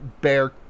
bear